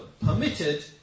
permitted